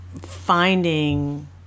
finding